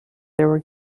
were